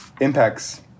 impacts